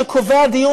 שקובע דיון,